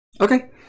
Okay